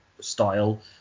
style